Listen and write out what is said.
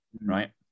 right